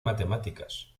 matemáticas